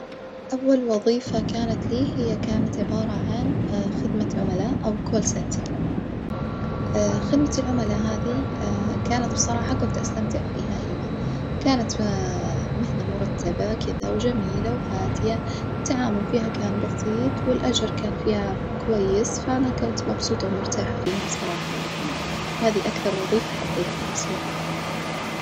أول وظيفة كانت لي هي كانت عبارة عن خدمة عملاء أو كول سنتر، خدمة العملاء هذي كانت بصراحة كنت أستمتع فيها أيوة، كانت ف مهنة مرتبة كدة وجميلة وهادية، التعامل فيها كان بسيط والأجر كان فيها كويس، فأنا كنت مبسوطة ومرتاحة فيها صراحة يعني، هذي أكثر وظيفة حبيتها أصلًا.